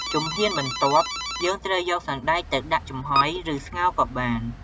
ជំហានបន្ទាប់ យើងត្រូវយកសណ្តែកទៅដាក់ចំហុយ ឬ ស្ងោរក៏បាន។